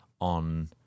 on